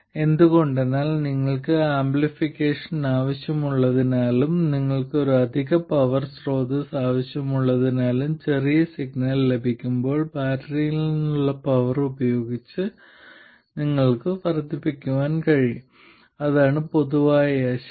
എന്തുകൊണ്ടാണെന്നാൽ നിങ്ങൾക്ക് ആംപ്ലിഫിക്കേഷൻ ആവശ്യമുള്ളതിനാലും നിങ്ങൾക്ക് ഒരു അധിക പവർ സ്രോതസ്സ് ആവശ്യമുള്ളതിനാലും ചെറിയ സിഗ്നൽ ലഭിക്കുമ്പോൾ ബാറ്ററിയിൽ നിന്നുള്ള പവർ ഉപയോഗിച്ച് നിങ്ങൾക്ക് വർദ്ധിപ്പിക്കാൻ കഴിയും അതാണ് പൊതുവായ ആശയം